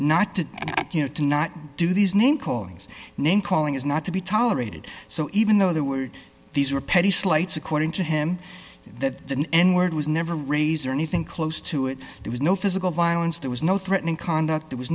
not to you know to not do these name callings name calling is not to be tolerated so even though there were these were petty slights according to him that than n word was never raise or anything close to it there was no physical violence there was no threatening conduct there was